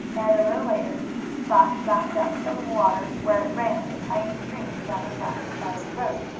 and, a little later, splash lapped up some water where ran in a tiny stream down the grassy side of the road.